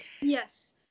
Yes